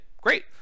great